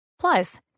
Plus